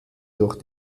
durch